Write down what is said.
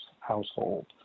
household